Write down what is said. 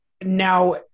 Now